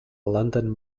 london